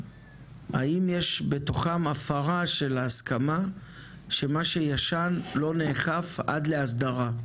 האם יש מתוכם הפרה של ההסכמה שמה שישן לא נאכף עד להסדרה?